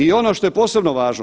I ono što je posebno važno.